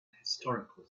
historical